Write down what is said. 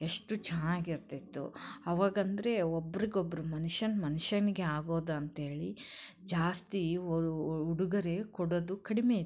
ಎಷ್ಟು ಚೆನ್ನಾಗಿರ್ತಿತ್ತು ಅವಾಗಂದರೆ ಒಬ್ರಿಗೊಬ್ಬರಿಗೆ ಮನುಷ್ಯ ಮನುಷ್ಯನಿಗೆ ಆಗೋದಂತೇಳಿ ಜಾಸ್ತಿ ಉಡುಗೊರೆ ಕೊಡೋದು ಕಡಿಮೆ ಇತ್ತು